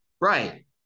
Right